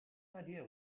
idea